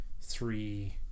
three